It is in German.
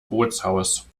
bootshaus